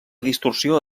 distorsió